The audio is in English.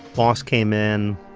boss came in,